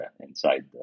inside